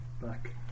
back